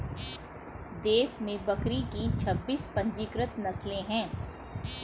देश में बकरी की छब्बीस पंजीकृत नस्लें हैं